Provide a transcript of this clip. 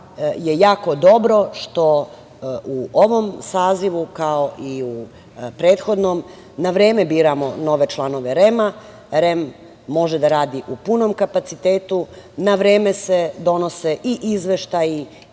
je jako dobro što u ovom sazivu, kao i u prethodnom, na vreme biramo nove članove REM-a. REM može da radi u punom kapacitetu. Na vreme se donose i izveštaji